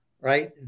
right